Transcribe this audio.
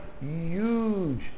huge